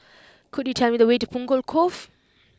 could you tell me the way to Punggol Cove